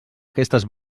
aquestes